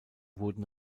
wurden